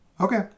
Okay